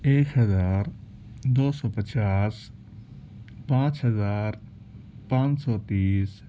ایک ہزار دو سو پچاس پانچ ہزار پانچ سو تیس